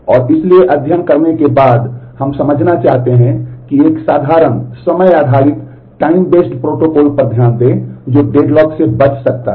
और इसलिए अध्ययन करने के बाद कि हम समझना चाहते हैं कि एक साधारण समय आधारित टाइम बेस्ड से बच सकता है